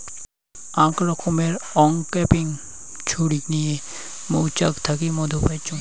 আক রকমের অংক্যাপিং ছুরি নিয়ে মৌচাক থাকি মধু পাইচুঙ